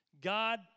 God